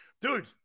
Dude